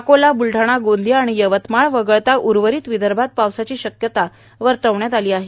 अकोला ब्लढाणा गोंदिया आणि यवतमाळ वगळता उर्वरित विदर्भात पावसाची शक्यता वर्तविण्यात आली आहे